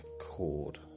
cord